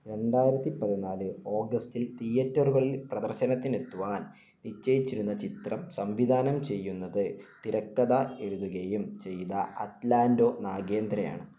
രണ്ടായിരത്തിപ്പതിനാല് ഓഗസ്റ്റിൽ തിയേറ്ററുകളിൽ പ്രദർശനത്തിനെത്തുവാൻ നിശ്ചയിച്ചിരുന്ന ചിത്രം സംവിധാനം ചെയ്യുന്നത് തിരക്കഥ എഴുതുകയും ചെയ്ത അറ്റ്ലാൻറ്റോ നാഗേന്ദ്രയാണ്